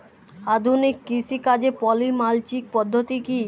আধুনিক কৃষিকাজে poly mulching পদ্ধতি কি?